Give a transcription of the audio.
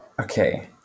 Okay